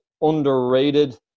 underrated